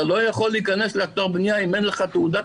אתה לא יכול להיכנס לאתר בנייה אם אין לך תעודת